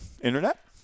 internet